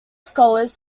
scholars